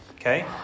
Okay